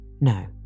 No